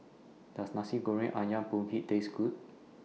Does Nasi Goreng Ayam Kunyit Taste Good